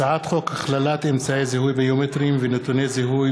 הצעת חוק הכללת אמצעי זיהוי ביומטריים ונתוני זיהוי